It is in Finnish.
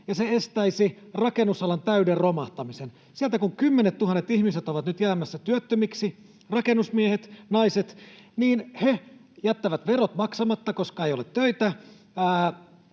ja se estäisi rakennusalan täyden romahtamisen. Sieltä kun kymmenettuhannet ihmiset ovat nyt jäämässä työttömiksi, rakennusmiehet, -naiset, niin he jättävät verot maksamatta, koska ei ole töitä,